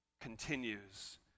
continues